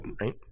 right